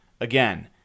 Again